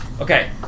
Okay